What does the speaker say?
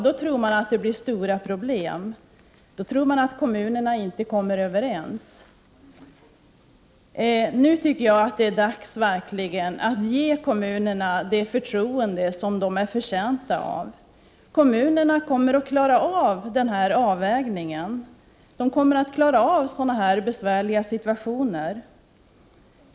Då tror utskottet att det blir stora problem, att kommunerna inte kommer överens. Nu tycker jag att det verkligen är dags att ge kommunerna det förtroende som de är förtjänta av. Kommunerna kommer att klara av denna avvägning. De kommer att klara av sådana här besvärliga situationer.